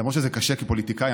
למרות שזה קשה כפוליטיקאי,